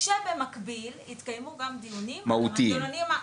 כשבמקביל התקיימו גם דיונים על המנגנונים.